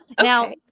now